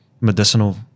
medicinal